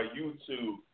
YouTube